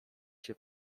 cię